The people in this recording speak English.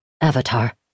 Avatar